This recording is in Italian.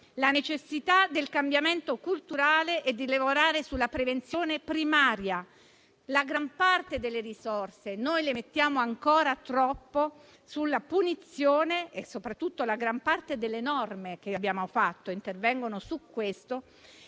la necessità del cambiamento culturale e di lavorare sulla prevenzione primaria. La gran parte delle risorse noi le mettiamo ancora troppo sulla punizione e soprattutto la gran parte delle norme che abbiamo previsto intervengono su questo